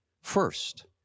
First